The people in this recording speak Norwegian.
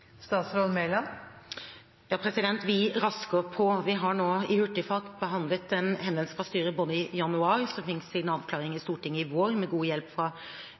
Vi rasker på. Vi har nå i hurtigfart behandlet en henvendelse fra styret i januar, som fikk sin avklaring i Stortinget i vår, med god hjelp